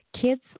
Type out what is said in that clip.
Kids